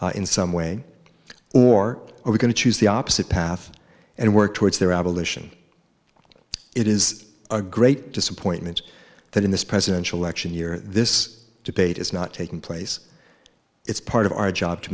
weapons in some way or are we going to choose the opposite path and work towards their abolition it is a great disappointment that in this presidential election year this debate is not taking place it's part of our job to